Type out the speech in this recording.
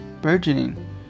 burgeoning